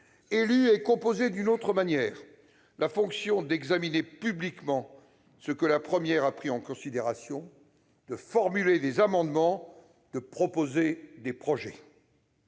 élue et composée d'une autre manière, la fonction d'examiner publiquement ce que la première a pris en considération, de formuler des amendements, de proposer des projets.